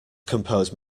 compose